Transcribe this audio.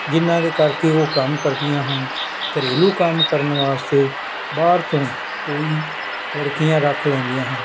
ਜਿਨ੍ਹਾਂ ਦਾ ਕਰਕੇ ਉਹ ਕੰਮ ਕਰਦੀਆਂ ਹਨ ਘਰੇਲੂ ਕੰਮ ਕਰਨ ਵਾਸਤੇ ਬਾਹਰ ਤੋਂ ਕੋਈ ਲੜਕੀਆਂ ਰੱਖ ਲੈਂਦੀਆਂ ਹਨ